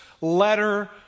letter